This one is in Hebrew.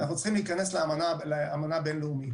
צריך להיכנס לאמנה בין-לאומית,